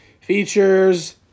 features